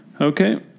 okay